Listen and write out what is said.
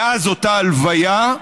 מאז אותה הלוויה,